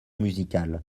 musicale